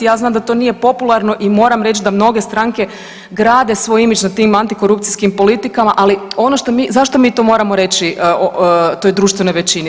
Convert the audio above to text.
Ja znam da to nije popularno i moram reć da mnoge stranke grade svoj imidž na tim antikorupcijskim politikama, ali ono što mi, zašto mi to moramo reći toj društvenoj većini?